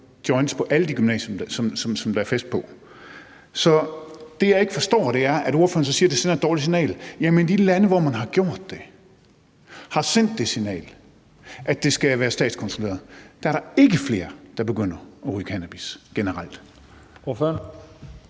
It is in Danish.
joints på alle de gymnasier, som der er fest på. Så det, jeg ikke forstår, er, at ordføreren så siger, at det sender et dårligt signal. Jamen i de lande, hvor man har gjort det og har sendt det signal, at det skal være statskontrolleret, er der generelt ikke flere, der begynder at ryge cannabis. Kl.